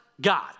God